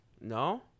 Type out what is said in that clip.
No